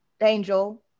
angel